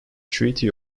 treaty